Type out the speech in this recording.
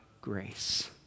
grace